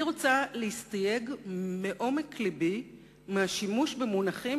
אני רוצה להסתייג מעומק לבי מהשימוש במונחים